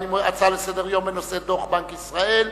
הצעה לסדר-היום בנושא: דוח בנק ישראל.